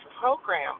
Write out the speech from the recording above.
program